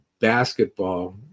basketball